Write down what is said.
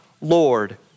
Lord